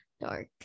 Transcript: Dark